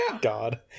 God